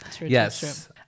yes